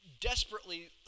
desperately